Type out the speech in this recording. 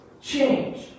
change